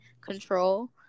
control